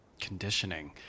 conditioning